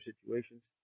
situations